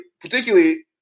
particularly